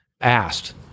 Asked